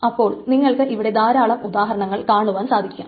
അപ്പോൾ നിങ്ങൾക്ക് ഇവിടെ ധാരാളം ഉദാഹരണങ്ങൾ കാണുവാൻ സാധിക്കാം